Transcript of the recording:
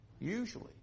usually